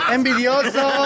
Envidioso